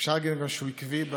אפשר גם להגיד שהוא עקיב